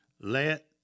let